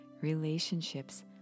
relationships